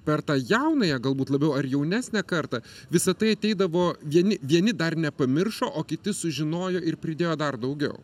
per tą jaunąją galbūt labiau ar jaunesnę kartą visa tai ateidavo vieni vieni dar nepamiršo o kiti sužinojo ir pridėjo dar daugiau